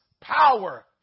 power